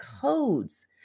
codes